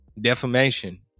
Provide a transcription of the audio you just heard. defamation